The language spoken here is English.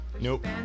Nope